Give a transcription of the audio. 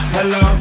Hello